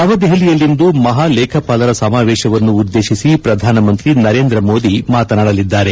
ನವದೆಹಲಿಯಲ್ಲಿಂದು ಮಹಾಲೇಖಪಾಲರ ಸಮಾವೇಶವನ್ನು ಉದ್ದೇಶಿಸಿ ಪ್ರಧಾನಮಂತ್ರಿ ನರೇಂದ್ರ ಮೋದಿ ಮಾತನಾಡಲಿದ್ದಾರೆ